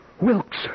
Wilkes